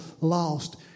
lost